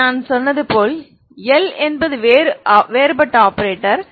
இது நான் சொன்னது போல் L என்பது வேறுபட்ட ஆபரேட்டர்